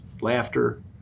laughter